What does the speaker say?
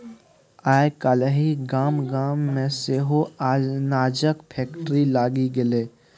आय काल्हि गाम गाम मे सेहो अनाजक फैक्ट्री लागि गेलै